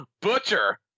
Butcher